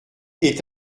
est